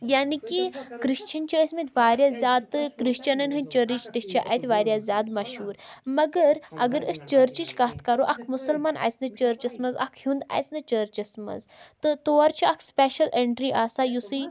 یعنی کہِ کرٛسچَن چھِ ٲسۍ مٕتۍ وارِیاہ زیادٕ تہٕ کرٛسچَنَن ہٕنٛدۍ چٔرٕچ تہِ چھِ اَتہِ وارِیاہ زیادٕ مشہوٗر مگر اگر أسۍ چٔرچٕچ کَتھ کَرو اَکھ مُسلمان اَژٕ نہٕ چٔرچَس منٛز اَکھ ہیونٛد اَژٕ نہٕ چٔرچَس منٛز تہٕ توٗر چھِ اَکھ سٕپیشَل ایٚنٹرٛی آسان یُسٕے